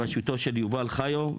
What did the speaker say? בראשותו של יובל חיו.